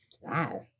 Wow